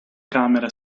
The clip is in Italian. camera